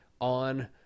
on